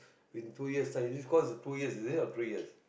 in two years time is this course two years is it or three years